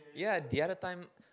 yeah the other time